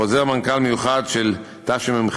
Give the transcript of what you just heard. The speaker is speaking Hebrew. חוזר מנכ"ל מיוחד של תשמ"ח.